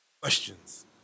Questions